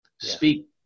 speak